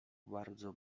bardzo